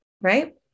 right